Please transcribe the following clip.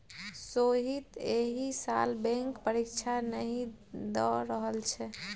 सोहीत एहि साल बैंक परीक्षा नहि द रहल छै